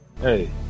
hey